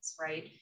right